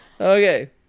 Okay